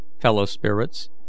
fellow-spirits